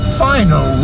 final